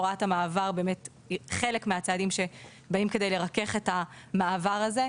הוראת המעבר היא חלק מהצעדים שבאים כדי לרכך את המעבר הזה,